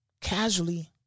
casually